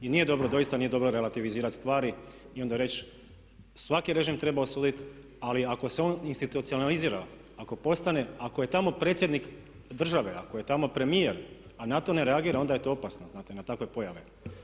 I nije dobro, doista nije dobro relativizirati stvari i onda reći svaki režim treba osuditi, ali ako se on institucionalizira, ako postane, ako je tamo predsjednik države, ako je tamo premijer a na to ne reagira onda je to opasno znate na takve pojave.